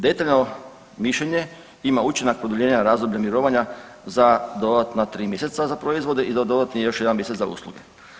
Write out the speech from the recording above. Detaljno mišljenje ima učinak produljenja razdoblja mirovanja za dodatna tri mjeseca za proizvode i dodatni još jedan mjesec za usluge.